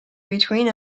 between